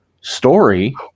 story